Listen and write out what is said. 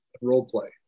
role-play